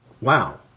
Wow